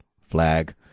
flag